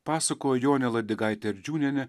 pasakojo jonė ladigaitė ardžiūnienė